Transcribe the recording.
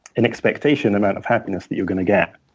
an expectation amount of happiness that you're going to get.